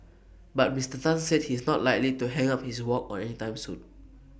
but Mister Tan said he is not likely to hang up his wok anytime soon